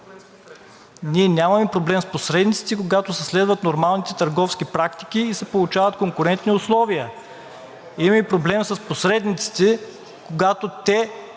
…Ние нямаме проблем с посредниците, когато се следват нормалните търговски практики и се получават конкурентни условия. Имаме проблем с посредниците, когато те